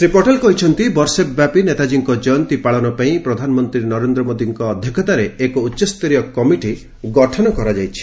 ଶ୍ରୀ ପଟେଲ କହିଛନ୍ତି ବର୍ଷେ ବ୍ୟାପି ନେତାଜୀଙ୍କ ଜୟନ୍ତୀ ପାଳନ ପାଇଁ ପ୍ରଧାନମନ୍ତ୍ରୀ ନରେନ୍ଦ୍ର ମୋଦୀଙ୍କ ଅଧ୍ୟକ୍ଷତାରେ ଏକ ଉଚ୍ଚସ୍ତରୀୟ କମିଟି ଗଠନ କରାଯାଇଛି